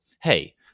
hey